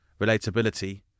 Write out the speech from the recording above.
relatability